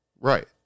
Right